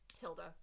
Hilda